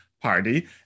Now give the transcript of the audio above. Party